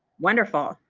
wonderful!